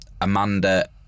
Amanda